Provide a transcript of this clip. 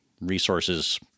resources—